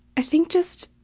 i think just,